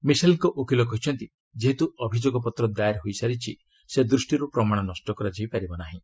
ମିସେଲଙ୍କ ଓକିଲ କହିଛନ୍ତି ଯେହେତୁ ଅଭିଯୋଗପତ୍ର ଦାଏର ହୋଇସାରିଛି ସେ ଦୃଷ୍ଟିରୁ ପ୍ରମାଣ ନଷ୍ଟ କରାଯାଇ ପାରିବ ନାହିଁ